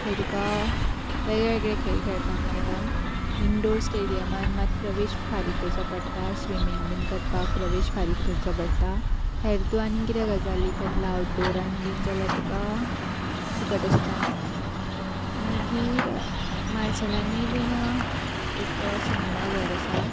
थंय तुका वेगळे वेगळे खेळ खेळपाक मेळटा इनडोर स्टेडियमान मात प्रवेश फारीक करचो पडटा स्विमींग बीन करपाक प्रवेश फारीक करचो पडटा हेर तूं आनीक कितें गजाली करतलो आवटडोरान बीन जाल्यार तुका फुकट आसता मागीर मार्सेलानूय बीन एक सिनेमाघर आसा